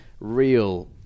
real